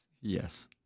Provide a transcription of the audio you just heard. Yes